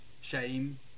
shame